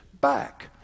back